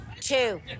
Two